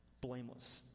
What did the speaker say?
blameless